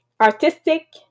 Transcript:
Artistic